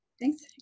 Thanks